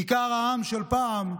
כיכר העם של פעם,